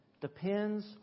depends